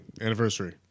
Anniversary